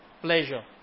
pleasure